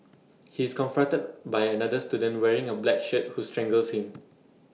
he is confronted by another student wearing A black shirt who strangles him